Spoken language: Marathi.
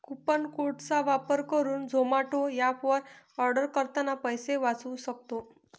कुपन कोड चा वापर करुन झोमाटो एप वर आर्डर करतांना पैसे वाचउ सक्तो